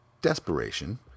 desperation